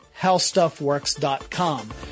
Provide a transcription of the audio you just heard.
howstuffworks.com